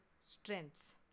strengths